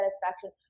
satisfaction